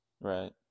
Right